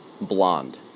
blonde